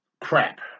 crap